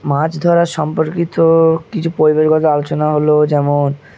মাছ ধরা সম্পর্কিত কিছু পরিবেশগত আলোচনা হলো যেমন